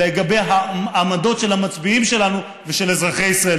לגבי העמדות של המצביעים שלנו ושל אזרחי ישראל.